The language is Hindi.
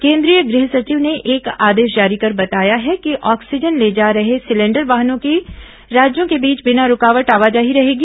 केंद्रीय गृह सचिव ने एक आदेश जारी कर बताया है कि ऑक्सीजन ले जा रहे सिलेंडर वाहनों की राज्यों के बीच बिना रूकावट आवाजाही रहेगी